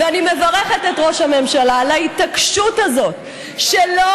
ואני מברכת את ראש הממשלה על ההתעקשות הזאת שלא